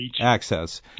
access